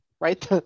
right